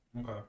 Okay